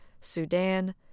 Sudan